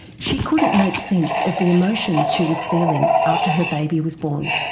she couldn't make sense of the emotions she was feeling after her baby was born.